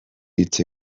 hitz